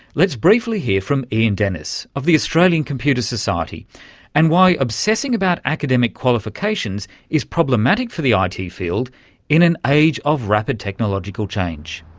let's briefly hear from ian dennis of the australian computer society and why obsessing about academic qualifications is problematic for the ah it field in an age of rapid technological change.